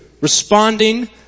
responding